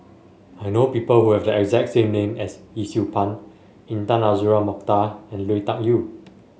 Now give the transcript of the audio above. I know people who have the exact name as Yee Siew Pun Intan Azura Mokhtar and Lui Tuck Yew